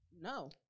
No